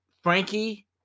Frankie